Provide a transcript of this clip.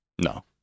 no